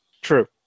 True